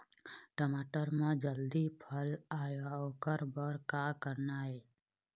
टमाटर म जल्दी फल आय ओकर बर का करना ये?